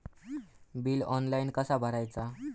Bill online कसा भरायचा?